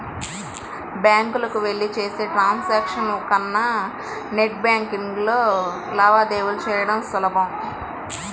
బ్యాంకులకెళ్ళి చేసే ట్రాన్సాక్షన్స్ కన్నా నెట్ బ్యేన్కింగ్లో లావాదేవీలు చెయ్యడం సులభం